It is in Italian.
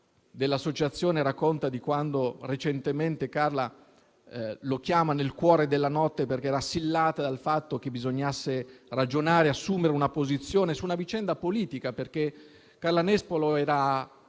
dell'Associazione, racconta di quando recentemente Carla lo chiamò nel cuore della notte perché assillata dal fatto che bisognasse ragionare e assumere una posizione su una vicenda politica. Carla Nespolo era